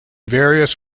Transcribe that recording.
various